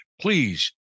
please